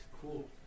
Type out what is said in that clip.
Cool